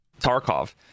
Tarkov